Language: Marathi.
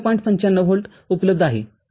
९५ व्होल्ट उपलब्ध आहे ठीक आहे